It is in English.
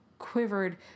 Quivered